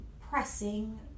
pressing